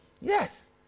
Yes